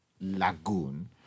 Lagoon